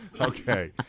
Okay